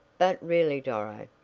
but really, doro,